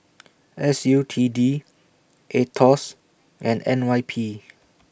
S U T D Aetos and N Y P